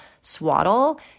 swaddle